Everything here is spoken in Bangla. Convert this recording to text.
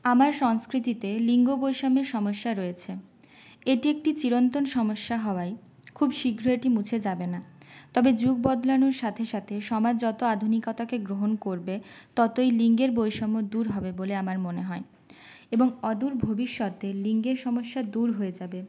আমার সংস্কৃতিতে লিঙ্গ বৈষম্যের সমস্যা রয়েছে এটি একটি চিরন্তন সমস্যা হওয়ায় খুব শীঘ্র এটি মুছে যাবে না তবে যুগ বদলানোর সাথে সাথে সমাজ যতো আধুনিকতাকে গ্রহণ করবে ততো এই লিঙ্গের বৈষম্য দূর হবে বলে আমার মনে হয় এবং অদূর ভবিষ্যতে লিঙ্গের সমস্যা দূর হয়ে যাবে